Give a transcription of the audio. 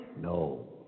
No